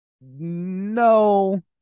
No